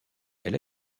elle